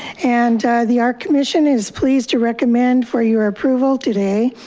and the art commission is pleased to recommend for your approval today,